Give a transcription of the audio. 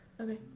Okay